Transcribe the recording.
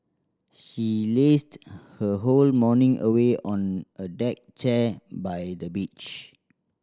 she lazed her whole morning away on a deck chair by the beach